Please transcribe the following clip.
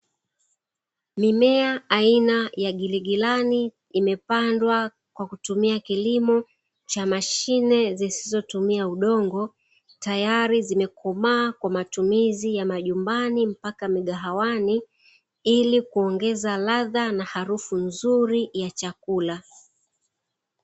Mimea aina ya giligilani, imepandwa kwa kutumia kilimo cha mashine zisizotumia udongo, tayari zimekoma kwajili ya matumizi ya majumbani na migahawani ili kuongeza kadhaa nzuri na harufu ya chakula.